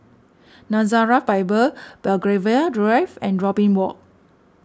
Nazareth Bible Belgravia Drive and Robin Walk